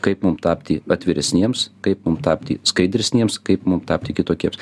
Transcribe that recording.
kaip mum tapti atviresniems kaip mum tapti skaidresniems kaip mum tapti kitokiems